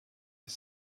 des